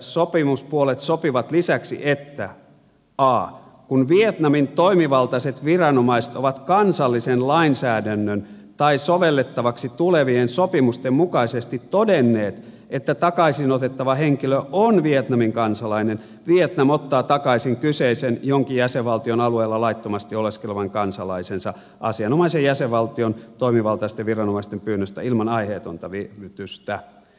sopimuspuolet sopivat lisäksi että a kun vietnamin toimivaltaiset viranomaiset ovat kansallisen lainsäädännön tai sovellettavaksi tulevien sopimusten mukaisesti todenneet että takaisinotettava henkilö on vietnamin kansalainen vietnam ottaa takaisin kyseisen jonkin jäsenvaltion alueella laittomasti oleskelevan kansalaisensa asianomaisen jäsenvaltion toimivaltaisten viranomaisten pyynnöstä ilman aiheetonta viivytystä